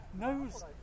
knows